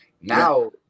now